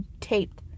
taped